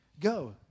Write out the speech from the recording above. go